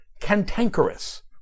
cantankerous